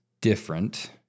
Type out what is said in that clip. different